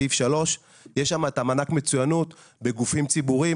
סעיף 3. יש שם את מענק המצוינות בגופים ציבוריים.